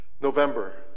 November